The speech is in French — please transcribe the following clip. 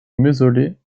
mausolée